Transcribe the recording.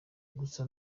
gusa